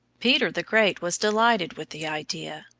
peter the great was delighted with the idea.